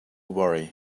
worry